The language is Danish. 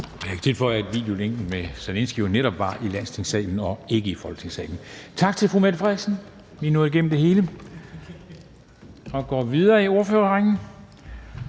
Jeg kan tilføje, at videolinket med Zelenskyj jo netop var i Landstingssalen og ikke i Folketingssalen. Tak til fru Mette Frederiksen, vi nåede igennem det hele. Vi går videre i rækken